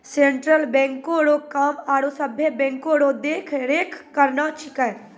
central बैंको रो काम आरो सभे बैंको रो देख रेख करना छिकै